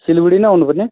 सिलगढी नै आउनुपर्ने